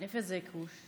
איפה זה כוש?